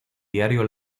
diario